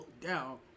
down